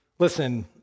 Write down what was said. Listen